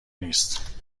نیست